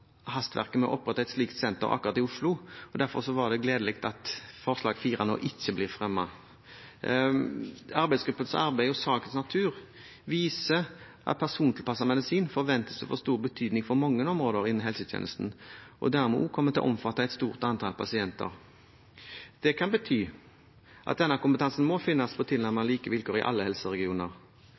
hastverket med å opprette et slikt senter akkurat i Oslo, og derfor er det gledelig at forslag nr. 4 nå ikke blir fremmet. Arbeidsgruppens arbeid og sakens natur viser at persontilpasset medisin forventes å få stor betydning for mange områder innen helsetjenesten, og dermed også kommer til å omfatte et stort antall pasienter. Det kan bety at denne kompetansen må finnes på tilnærmede like vilkår i alle helseregioner,